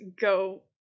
go